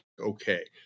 okay